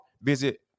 Visit